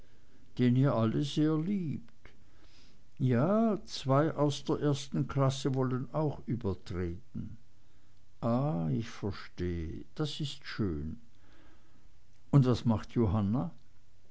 den ihr alle sehr liebt ja zwei aus der ersten klasse wollen auch übertreten ah ich verstehe das ist schön und was macht johanna